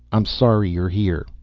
i'm sorry you're here.